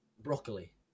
Broccoli